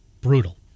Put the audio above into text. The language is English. Brutal